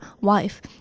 wife